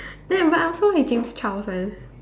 right but I also like James Charles one